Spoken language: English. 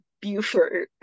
buford